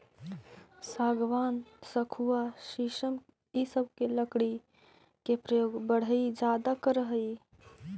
सागवान, सखुआ शीशम इ सब के लकड़ी के प्रयोग बढ़ई ज्यादा करऽ हई